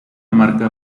marca